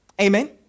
Amen